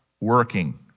working